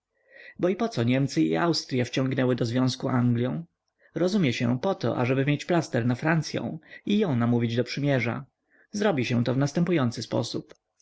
bo i poco niemcy i austrya wciągnęły do związku anglią rozumie się po to ażeby mieć plaster na francyą i ją namówić do przymierza zrobi się to w następujący sposób